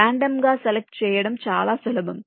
random గా select చేయడం చాలా సులభం